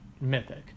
mythic